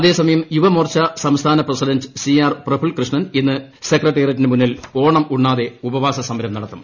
അതേസമയം യുവമോർച്ചാ സ്ട്സ്ഫാ്ന president C R Prafulkrishnan ഇന്ന് സെക്രട്ടറീയേറ്റിന് മുന്നിൽ ഓണം ഉണ്ണാതെ ഉപവാസ സമരം നടത്തും